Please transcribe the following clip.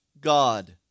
God